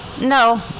No